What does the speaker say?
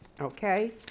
okay